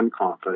unconfident